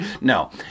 No